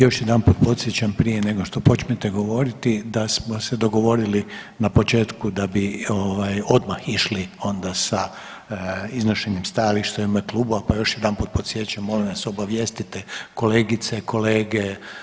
Još jedan puta podsjećam prije nego što počnete govoriti da smo se dogovorili na početku da bi odmah išli onda sa iznošenjem stajališta klubova, pa još jednom podsjećam molim vas obavijestite kolegice, kolege.